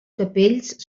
capells